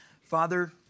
Father